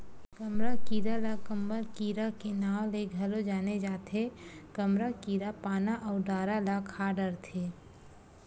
कमरा कीरा ल कंबल कीरा के नांव ले घलो जाने जाथे, कमरा कीरा पाना अउ डारा ल खा डरथे